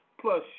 plus